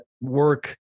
work